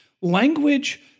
language